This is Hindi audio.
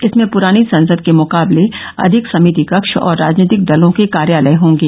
इसमें प्रानी संसद के मुकाबले अधिक समिति कक्ष और राजनीतिक दलों के कार्यालय होंगे